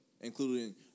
including